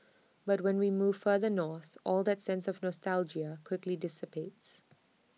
but when we move further north all that sense of nostalgia quickly dissipates